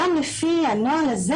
גם לפי הנוהל הזה,